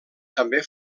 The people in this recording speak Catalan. també